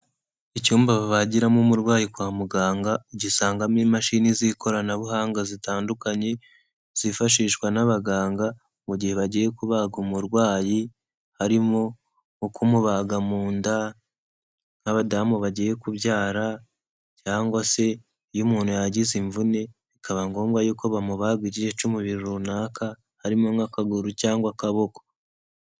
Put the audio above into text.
Icyumba babagiramo umurwayi kwa muganga, ugisangamo imashini z'ikoranabuhanga zitandukanye, zifashishwa n'abaganga, mu gihe bagiye kubaga umurwayi, harimo nko kumubaga mu nda nk'abadamu bagiye kubyara cyangwa se, iyo umuntu ya yagize imvune bikaba ngombwa yuko bamubaga igice cy'umubiri runaka harimo nk'akaguru cyangwa akaboko.